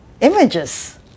images